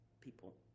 people